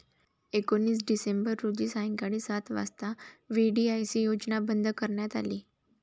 एकोणीस डिसेंबर रोजी सायंकाळी सात वाजता व्ही.डी.आय.सी योजना बंद करण्यात आली